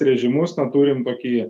režimus na turim tokį